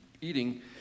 eating